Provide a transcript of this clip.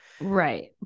Right